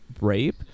rape